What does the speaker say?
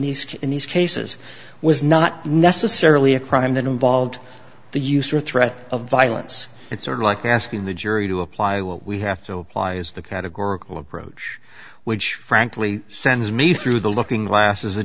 these in these cases was not necessarily a crime that involved the use or threat of violence it's sort of like asking the jury to apply what we have to apply as the categorical approach which frankly sends me through the looking glass as a